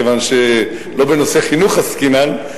כיוון שלא בנושא חינוך עסקינן,